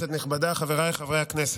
חבריי חברי הכנסת,